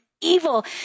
evil